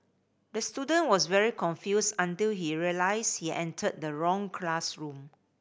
the student was very confused until he realised he entered the wrong classroom